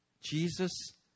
Jesus